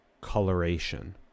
coloration